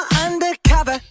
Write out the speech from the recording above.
undercover